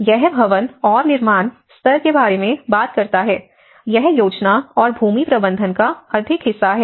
यह भवन और निर्माण स्तर के बारे में बात करता है यह योजना और भूमि प्रबंधन का अधिक हिस्सा है